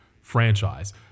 franchise